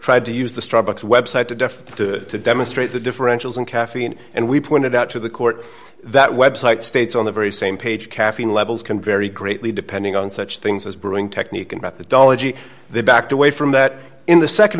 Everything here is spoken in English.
tried to use the straw bucks website to death to demonstrate the differentials in caffeine and we pointed out to the court that website states on the very same page caffeine levels can vary greatly depending on such things as brewing technique and methodology they backed away from that in the